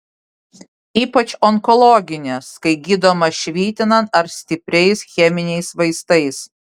ypač onkologinės kai gydoma švitinant ar stipriais cheminiais vaistais